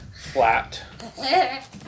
flat